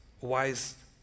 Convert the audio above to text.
wise